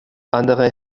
andere